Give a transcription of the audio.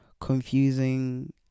confusing